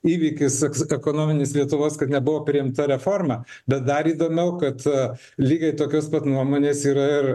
įvykis toks ekonominis lietuvos kad nebuvo priimta reforma bet dar įdomiau kad lygiai tokios pat nuomonės yra ir